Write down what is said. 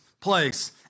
place